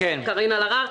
חברת הכנסת קארין אלהרר,